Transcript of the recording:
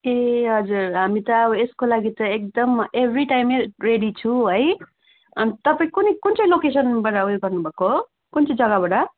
ए हजुर हामी त अब यसको लागि त एकदम एभ्री टाइमै रेडी छौँ है अन्त तपाईँ कुन कुन चाहिँ लोकेसनबाट उयो गर्नु भएको हो कुन चाहिँ जग्गाबाट